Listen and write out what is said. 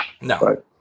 No